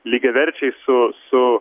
lygiaverčiai su su